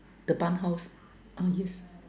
the bun house oh yes